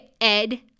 Ed